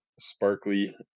Sparkly